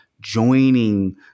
joining